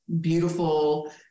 beautiful